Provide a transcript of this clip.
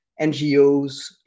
NGOs